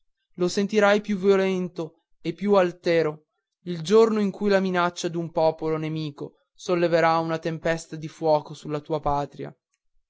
lo sentirai più violento e più altero il giorno in cui la minaccia d'un popolo nemico solleverà una tempesta di fuoco sulla tua patria